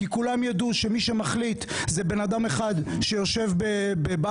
כי כולם ידעו שמי שמחליט זה בן אדם אחד שיושב בבלפור,